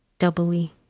doubly.